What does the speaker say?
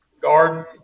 garden